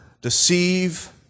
deceive